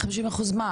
50% מה?